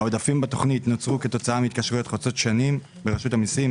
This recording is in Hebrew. העודפים בתוכנית נוצרו כתוצאה מהתקשרויות חוצות שנים ברשות המיסים,